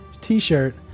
t-shirt